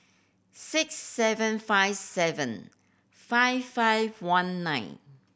six seven five seven five five one nine